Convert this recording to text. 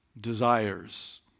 desires